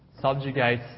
subjugate